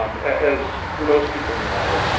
as most people know,